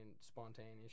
spontaneous